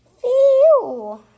Phew